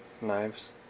Knives